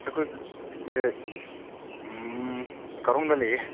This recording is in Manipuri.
ꯑꯩꯈꯣꯏ ꯀꯥꯔꯣꯡꯗ ꯂꯩꯌꯦ